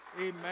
Amen